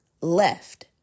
Left